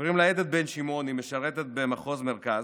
שקוראים לה עדן בן שמעון, היא משרתת במחוז מרכז,